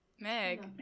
Meg